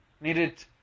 needed